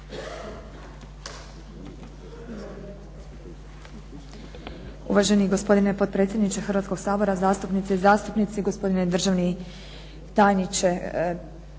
Uvaženi gospodine potpredsjedniče Hrvatskoga sabora, zastupnice i zastupnici, gospodine državni tajniče.